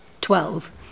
twelve